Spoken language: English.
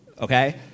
Okay